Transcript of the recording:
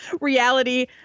reality